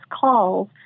calls